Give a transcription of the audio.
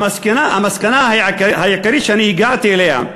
המסקנה העיקרית שאני הגעתי אליה,